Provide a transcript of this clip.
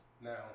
Now